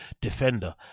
defender